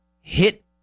hit